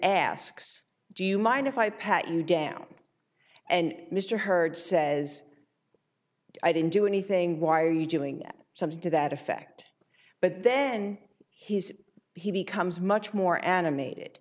asks do you mind if i pat you down and mr hurd says i didn't do anything why are you doing something to that effect but then his he becomes much more animated